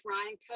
Ryan